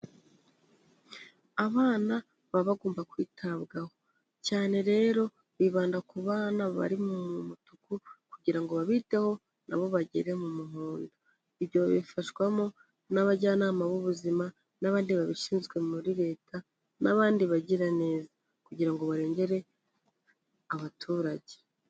Abana baba bagomba kwitabwaho cyane rero bibanda ku bana bari mu mutuku kugira ngo babiteho nabo bagere mu muhondo, ibyo babifashwamo n'abajyanama b'ubuzima n'abandi babishinzwe muri Leta n'abandi bagiraneza, kugira ngo barengere abaturage.